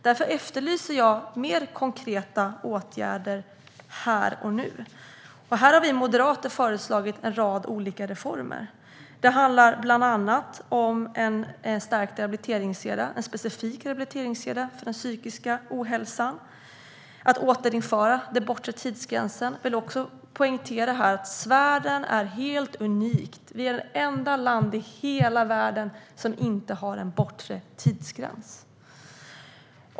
Därför efterlyser jag mer konkreta åtgärder här och nu. Här har vi moderater föreslagit en rad olika reformer. Det handlar bland annat om en stärkt rehabiliteringskedja, en specifik rehabiliteringskedja för den psykiska ohälsan och om att återinföra den bortre tidsgränsen. Jag vill också poängtera att Sverige är helt unikt. Vi är det enda land i hela världen som inte har en bortre tidsgräns.